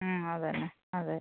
അത് തന്നെ അതെ